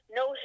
no